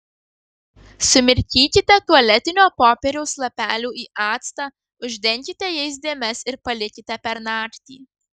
sumirkykite tualetinio popieriaus lapelių į actą uždenkite jais dėmes ir palikite per naktį